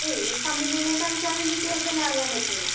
ഈ കമ്പനിയിലേക്ക് അയച്ചാലും ഡീറ്റൈൽസ് എല്ലാം അറിയാൻ പറ്റുമല്ലോ